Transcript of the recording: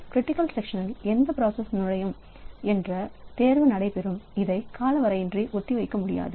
critical செக்ஷனில் எந்த process நுழையும் என்ற தேர்வு நடைபெறும் அதை காலவரையின்றி ஒத்திவைக்க முடியாது